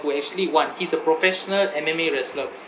who actually won he's a professional M_M_A wrestler